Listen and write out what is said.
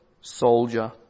soldier